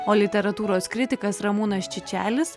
o literatūros kritikas ramūnas čičelis